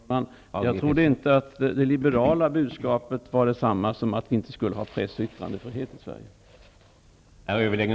Herr talman! Jag trodde inte att det liberala budskapet innebar att vi inte skulle ha press och yttrandefrihet i Sverige.